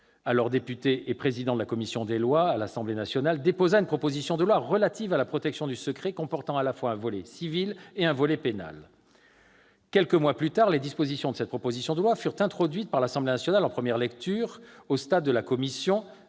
alors président de la commission des lois de l'Assemblée nationale, déposa une proposition de loi relative à la protection du secret des affaires, comportant à la fois un volet civil et un volet pénal. Quelques mois plus tard, les dispositions de cette proposition de loi furent introduites par l'Assemblée nationale, en première lecture, au stade de la commission, dans la